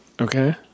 Okay